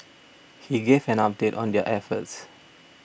he gave an update on their efforts